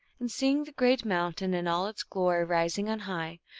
and seeing the great mountain in all its glory rising on high,